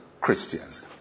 Christians